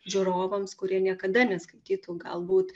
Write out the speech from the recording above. žiūrovams kurie niekada neskaitytų galbūt